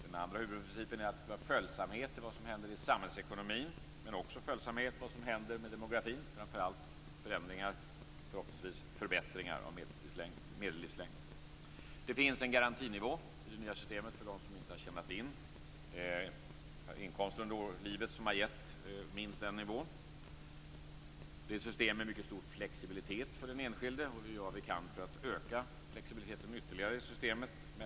Den andra huvudprincipen är en följsamhet till vad som händer i samhällsekonomin men också till vad som händer i demografin, framför allt förändringar och förhoppningsvis förbättringar av medellivslängden. Det finns en garantinivå i det nya systemet för dem som inte har haft inkomster under livet som har gett minst en viss nivå. Det är ett system med en mycket stor flexibilitet för den enskilde. Vi gör vad vi kan för att öka flexibiliteten i systemet ytterligare.